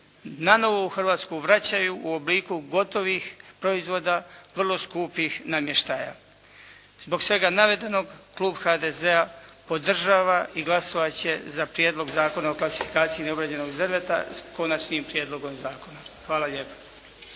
nanovo u Hrvatsku vraćaju u okviru gotovih proizvoda, vrlo skupih namještaja. Zbog svega navedenog, Klub HDZ-a podržava i glasovati će za Prijedlog zakona o klasifikacji neobrađenog drva sa konačnim prijedlogom zakona. Hvala lijepa.